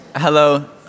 Hello